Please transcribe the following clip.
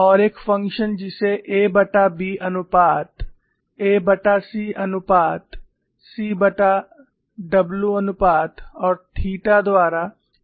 और एक फ़ंक्शन जिसे aB अनुपात ac अनुपात cW अनुपात और थीटा द्वारा निर्धारित किया जाता है